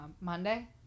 Monday